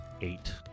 eight